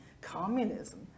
Communism